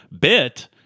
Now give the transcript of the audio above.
bit